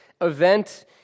event